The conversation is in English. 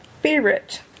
favorite